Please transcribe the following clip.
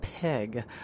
peg